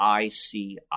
ICI